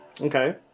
Okay